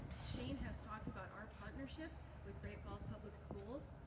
shane has talked about our partnership with great falls public schools.